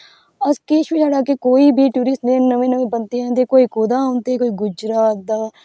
अस किस बी कोई बी टूरिस्ट जेहडे़ नमें नमें बंदे आंदे कोई कुदे तू आंदे कोई गुजरात दा